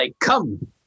come